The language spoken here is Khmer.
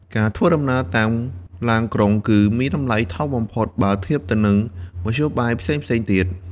ការធ្វើដំណើរតាមឡានក្រុងគឺមានតម្លៃថោកបំផុតបើធៀបទៅនឹងមធ្យោបាយផ្សេងៗទៀត។